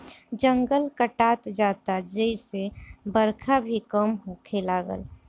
जंगल कटात जाता जेसे बरखा भी कम होखे लागल